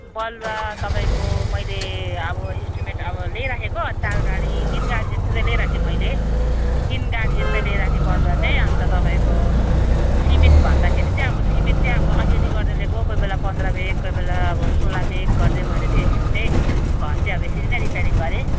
बलुवा तपाईँको मैले अब इस्टिमेट अब ल्याइराखेको चार गाडी तिन गाडी जस्तो चाहिँ ल्याइराखेँ मैले तिन गाडी जस्तै ल्याइराखेँ बालुवा चाहिँ अन्त तपाईँको सिमेन्ट भन्दाखेरि चाहिँ अब सिमेन्ट चाहिँ अब अलिअलि गर्दै लिएको कोही बेला पन्ध्र ब्याग कोही बेला अब सोह्र ब्याग गर्दै मैले चाहिँ यसरी चाहिँ घर चाहिँ अब यसरी नै रिपेरिङ गरेँ